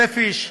1,000 איש,